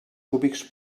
cúbics